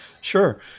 Sure